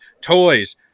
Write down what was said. toys